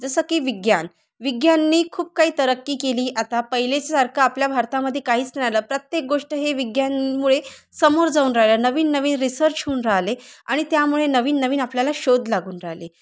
जसं की विज्ञान विज्ञानने खूप काही तरक्की केली आता पहिलेच्यासारखं आपल्या भारतामध्ये काहीच राहिलं प्रत्येक गोष्ट हे विज्ञानमुळे समोर जाऊन राहिलं नवीन नवीन रिसर्च होऊन राहिले आणि त्यामुळे नवीन नवीन आपल्याला शोध लागून राहिले